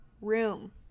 room